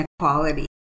inequality